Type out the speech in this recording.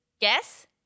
guess